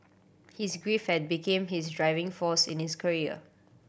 his grief had became his driving force in his career